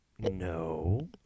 No